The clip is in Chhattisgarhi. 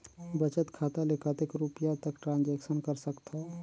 बचत खाता ले कतेक रुपिया तक ट्रांजेक्शन कर सकथव?